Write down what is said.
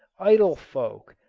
idle folk,